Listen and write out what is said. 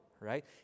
right